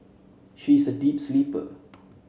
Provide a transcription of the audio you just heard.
she is a deep sleeper